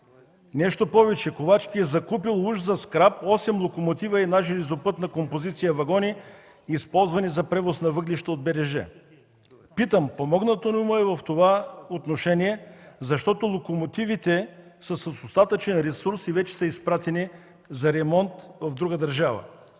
Нещо повече. Ковачки е закупил уж за скрап осем локомотива и една железопътна композиция вагони, използвани за превоз на въглища от БДЖ. Питам: помогнато ли му е в това отношение, защото локомотивите са с остатъчен ресурс и вече са изпратени за ремонт в друга държава?